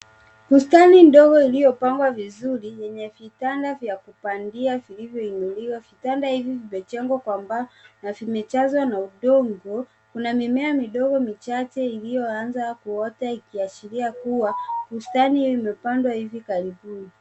Bustani ndogo iliyopangwa vizuri yenye vitanda vya kupangia vilivyoinuliwa. Vitanda hivi vimejengwa kwa mbao na vimejazwa na udongo. Kuna mimea midogo michache iliyoanza kuota ikiashiria kuwa bustani hiyo imepandwa hivi karibuni.